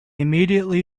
immediately